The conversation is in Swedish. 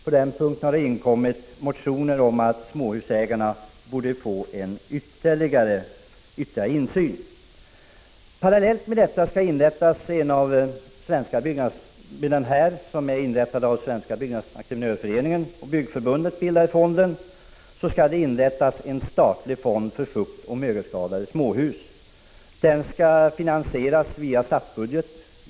På den punkten har det inkommit motioner om att småhusägarna borde få ytterligare insyn. Parallellt med den fond som Svenska byggnadsentreprenörföreningen och Byggnadsförbundet bildar skall en statlig fond inrättas för fuktoch mögelskadade småhus. Den skall finansieras via statsbudgeten.